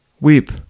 weep